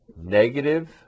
Negative